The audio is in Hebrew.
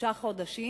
שלושה חודשים,